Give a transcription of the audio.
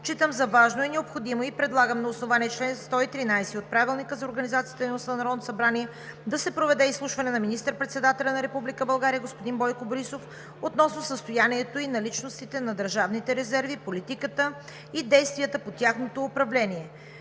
считам за важно и необходимо и предлагам на основание чл. 113 от Правилника за организацията и дейността на Народното събрание да се проведе изслушване на министър-председателя на Република България господин Бойко Борисов относно състоянието и наличностите на държавните резерви, политиката и действията по тяхното управление,